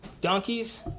donkeys